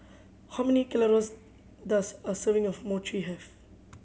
how many calories does a serving of Mochi have